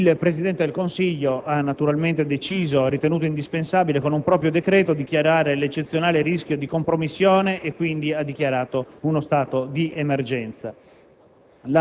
Il Presidente del Consiglio ha naturalmente ritenuto indispensabile, con un proprio decreto, dichiarare l'eccezionale rischio di compromissione e quindi ha dichiarato lo stato di emergenza.